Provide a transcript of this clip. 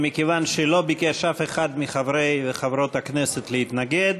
מכיוון שלא ביקש אף אחד מחברי וחברות הכנסת להתנגד,